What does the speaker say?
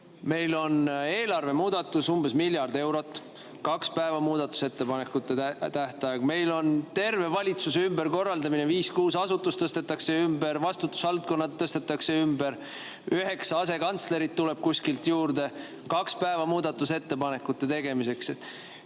Meil on eelarvemuudatus, umbes miljard eurot, ja kaks päeva muudatusettepanekute tähtaeg. Meil on terve valitsuse ümberkorraldamine: viis-kuus asutust tõstetakse ümber, vastutusvaldkonnad tõstetakse ümber, üheksa asekantslerit tuleb kuskilt juurde – kaks päeva muudatusettepanekute tegemiseks.